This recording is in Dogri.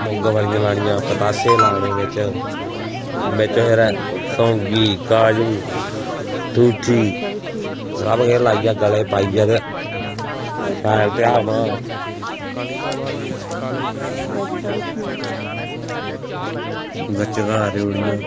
मुंगफल्लियां लानियां पतासे लाने बिच्च बिच्च फिर सोगी काजू ठूठी सब्भ किश लाइयै गले च पाइयै ते शैल तेहार मनाना गच्चकां रेओड़ियां